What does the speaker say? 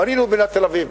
בנינו את מדינת תל-אביב,